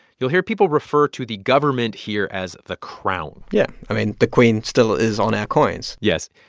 you'll hear people refer to the government here as the crown yeah. i mean, the queen still is on our coins yes.